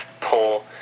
pull